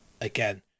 again